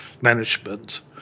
management